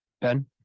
ben